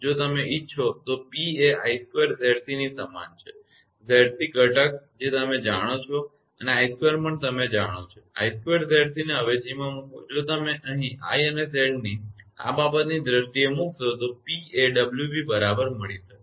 જો તમે ઇચ્છો તો P એ 𝑖2𝑍𝑐 ની સમાન છે અને 𝑍𝑐 ઘટક જે તમે જાણો છો અને 𝑖2 પણ તમે જાણો છો 𝑖2𝑍𝑐 ને અવેજીમાં મૂકો જો તમે અહીં i અને Z આ બાબતની દ્રષ્ટિએ મૂકશો તો P એ 𝑤𝑣 બરાબર મળી શકે